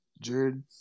Jared